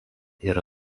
yra